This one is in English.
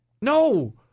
No